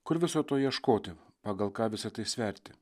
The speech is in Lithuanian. kur viso to ieškoti pagal ką visa tai sverti